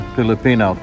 Filipino